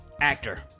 actor